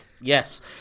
Yes